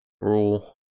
rule